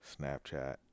Snapchat